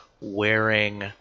wearing